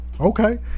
Okay